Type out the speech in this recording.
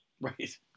Right